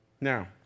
Now